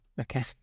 Okay